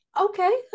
okay